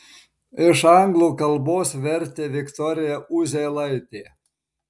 iš anglų kalbos vertė viktorija uzėlaitė